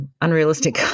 unrealistic